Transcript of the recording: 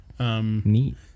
Neat